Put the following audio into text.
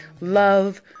love